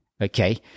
okay